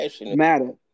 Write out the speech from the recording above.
matter